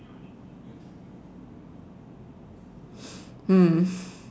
mm